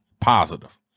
positive